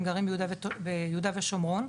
הם גרים ביהודה ושומרון.